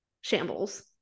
shambles